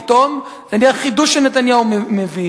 פתאום זה נהיה חידוש שנתניהו מביא.